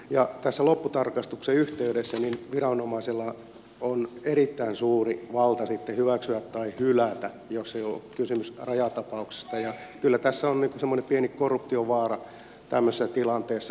tässä lopputarkastuksen yhteydessä viranomaisella on erittäin suuri valta sitten hyväksyä tai hylätä jos ei ole kysymys rajatapauksesta ja kyllä tämmöisessä tilanteessa on semmoinen pieni korruption vaara olemassa